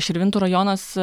širvintų rajonas